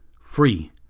free